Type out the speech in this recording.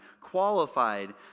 qualified